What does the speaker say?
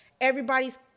everybody's